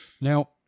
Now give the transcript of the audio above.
Now